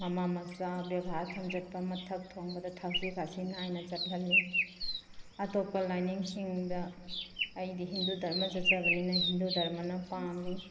ꯃꯃꯥ ꯃꯆꯥ ꯕꯦꯕꯥꯔ ꯊꯝꯖꯕ ꯃꯊꯛ ꯊꯣꯡꯕꯗ ꯊꯛꯁꯤ ꯈꯥꯁꯤ ꯅꯥꯏ ꯆꯠꯍꯜꯂꯤ ꯑꯇꯣꯞꯄ ꯂꯥꯏꯅꯤꯡꯁꯤꯡꯗ ꯑꯩꯗꯤ ꯍꯤꯟꯗꯨ ꯗꯔꯃ ꯆꯠꯆꯕꯅꯤꯅ ꯍꯤꯟꯗꯨ ꯗꯔꯃꯅ ꯄꯥꯝꯃꯤ